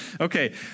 okay